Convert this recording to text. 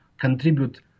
contribute